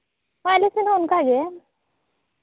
ᱟᱞᱮ ᱥᱮᱫ ᱦᱚᱸ ᱚᱱᱠᱟᱜᱮ